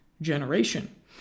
generation